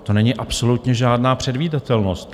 To není absolutně žádná předvídatelnost.